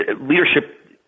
leadership